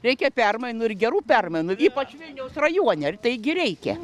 reikia permainų ir gerų permainų ypač vilniaus rajone ir taigi reikia